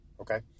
Okay